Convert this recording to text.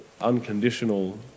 unconditional